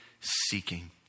seeking